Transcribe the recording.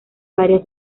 varias